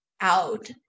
out